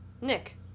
Nick